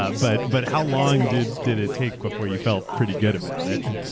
ah but but how long did did it take before you felt pretty good about it?